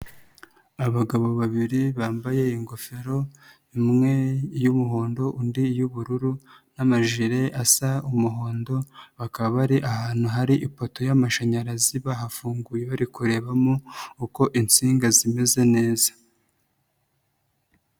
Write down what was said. Abagabo babiri bambaye ingofero, umwe y'umuhondo, undi y'ubururu, amajile asa umuhondo, bakaba bari ahantu hari ifoto y'amashanyarazi bahafunguye bari kurebamo uko insinga zimeze neza.